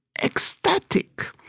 ecstatic